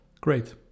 great